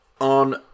on